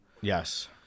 Yes